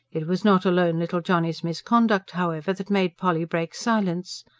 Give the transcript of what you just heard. it was not alone little johnny's misconduct, however, that made polly break silence.